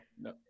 no